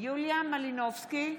יוליה מלינובסקי,